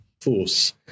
force